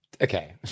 Okay